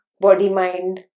body-mind